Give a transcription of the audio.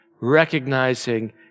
Recognizing